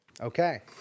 Okay